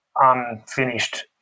unfinished